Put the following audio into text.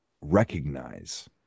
recognize